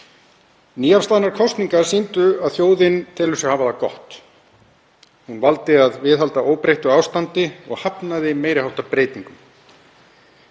Nýafstaðnar kosningar sýndu að þjóðin telur sig hafa það gott. Hún valdi að viðhalda óbreyttu ástandi og hafnaði meiri háttar breytingum.